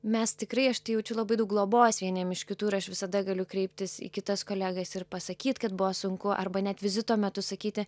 mes tikrai aš tai jaučiu labai daug globos vieniem iš kitų ir aš visada galiu kreiptis į kitas kolegas ir pasakyt kad buvo sunku arba net vizito metu sakyti